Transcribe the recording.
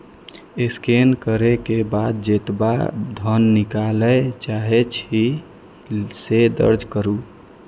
scan करै के बाद जेतबा धन निकालय चाहै छी, से दर्ज करू